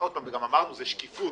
וגם אמרנו שזה שקיפות,